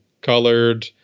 colored